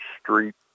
street